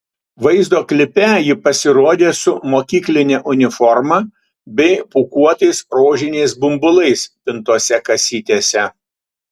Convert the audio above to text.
vaizdo klipe ji pasirodė su mokykline uniforma bei pūkuotais rožiniais bumbulais pintose kasytėse